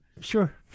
Sure